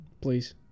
Please